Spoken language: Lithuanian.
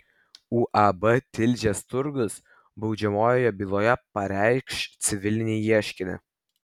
uab tilžės turgus baudžiamojoje byloje pareikš civilinį ieškinį